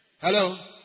Hello